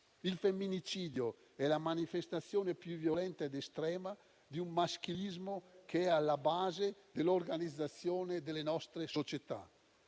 Il femminicidio è la manifestazione più violenta ed estrema di un maschilismo, che è alla base dell'organizzazione delle nostre società.